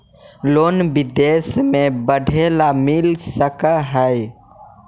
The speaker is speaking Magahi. लोन विदेश में पढ़ेला मिल सक हइ?